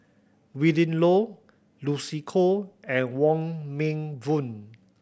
Willin Low Lucy Koh and Wong Meng Voon